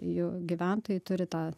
jų gyventojai turi tą